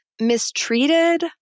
Mistreated